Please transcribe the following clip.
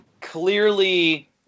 clearly